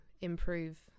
improve